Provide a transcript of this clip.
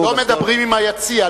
לא מדברים עם היציע,